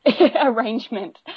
arrangement